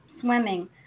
swimming